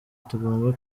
tugomba